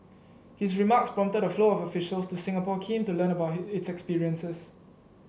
his remarks prompted a flow of official to Singapore keen to learn about its experiences